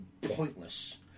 pointless